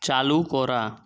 চালু করা